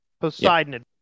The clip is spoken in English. Poseidon